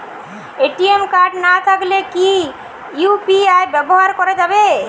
ATM card না থাকলে কি ইউ.পি.আই ব্যবহার করা য়ায়?